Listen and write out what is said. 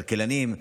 מדובר בכלכלנים,